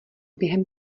během